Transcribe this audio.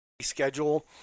schedule